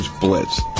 Blitz